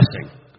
blessing